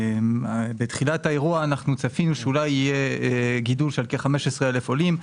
בתחילת האירוע צפינו שאולי יהיה גידול של כ-15,000 עולים.